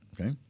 okay